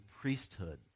priesthood